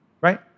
right